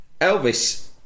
Elvis